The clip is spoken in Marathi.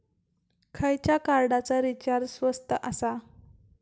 खयच्या कार्डचा रिचार्ज स्वस्त आसा?